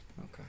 Okay